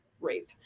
rape